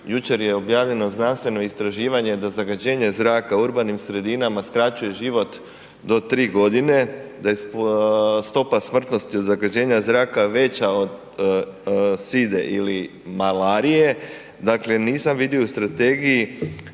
Jučer je objavljeno znanstveno istraživanje da zagađenje zraka u urbanim sredinama skraćuje život do 3.g., da je stopa smrtnosti od zagađenja zraka veća od side ili malarije. Dakle, nisam vidio u strategiji